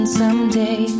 someday